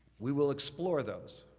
we will explore those.